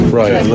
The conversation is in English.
right